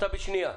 אתה בשנייה.